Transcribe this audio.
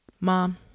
Mom